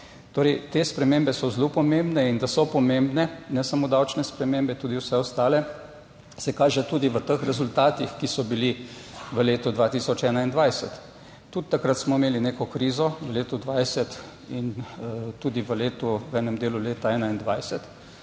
Torej, te spremembe so zelo pomembne. In da so pomembne, ne samo davčne spremembe, tudi vse ostale, se kaže tudi v teh rezultatih, ki so bili v letu 2021. Tudi takrat smo imeli neko krizo v letu 2020 in tudi v enem delu leta 2021.